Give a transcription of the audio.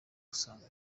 usanga